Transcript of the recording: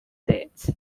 states